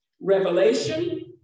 revelation